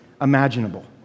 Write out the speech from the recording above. imaginable